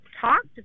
talked